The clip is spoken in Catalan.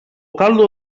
caldo